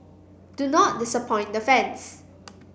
do not disappoint the fans